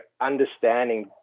understanding